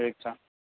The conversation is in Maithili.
ठीक छ